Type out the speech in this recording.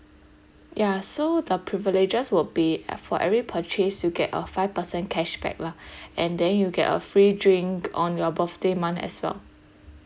ya so the privileges will be uh for every purchase you get a five percent cashback lah and then you get a free drink on your birthday month as well